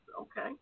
Okay